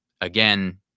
again